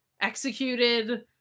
executed